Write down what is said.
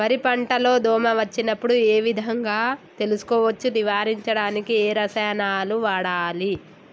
వరి పంట లో దోమ వచ్చినప్పుడు ఏ విధంగా తెలుసుకోవచ్చు? నివారించడానికి ఏ రసాయనాలు వాడాలి?